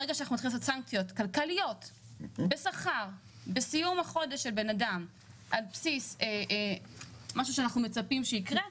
ברגע שנטיל סנקציות כלכליות על בסיס מה שאנחנו מצפים שיקרה,